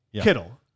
Kittle